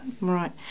Right